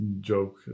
joke